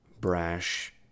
brash